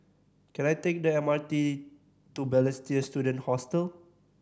can I take the M R T to Balestier Student Hostel